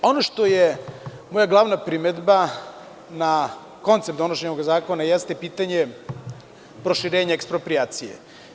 Ono što je moja glavna primedba na koncept donošenje ovog Zakona, jeste pitanje proširenje eksproprijacije.